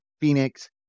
Phoenix